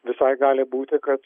visai gali būti kad